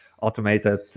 automated